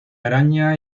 araña